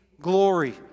glory